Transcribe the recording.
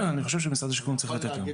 אני חושב שמשרד השיכון צריך לתת לך.